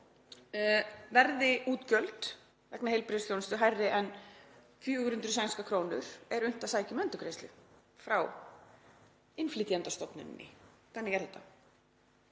Verði útgjöld vegna heilbrigðisþjónustu hærri en 400 sænskar krónur er unnt að sækja um endurgreiðslu frá innflytjendastofnuninni. Þannig er þetta.